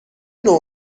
نوع